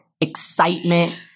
excitement